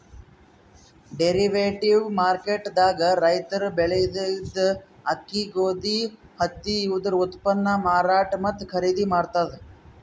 derivatives market ದಾಗ್ ರೈತರ್ ಬೆಳೆದಿದ್ದ ಅಕ್ಕಿ ಗೋಧಿ ಹತ್ತಿ ಇವುದರ ಉತ್ಪನ್ನ್ ಮಾರಾಟ್ ಮತ್ತ್ ಖರೀದಿ ಮಾಡ್ತದ್